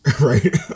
right